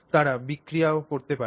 তারা বিক্রিয়াও করতে পারে